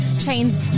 chains